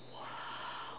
!wah!